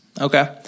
Okay